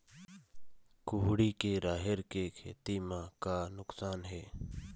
कुहड़ी के राहेर के खेती म का नुकसान हे?